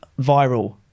Viral